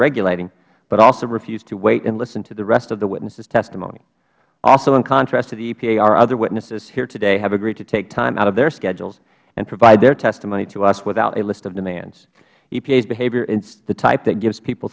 regulating but also refused to wait and listen to the rest of the witnesses testimony also in contract to the epa our other witnesses here today have agreed to take time out of their schedules and provide their testimony to us without a list of demands epa's behavior is the type that gives people